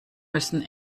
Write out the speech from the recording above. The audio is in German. müssen